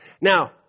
Now